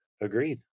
Agreed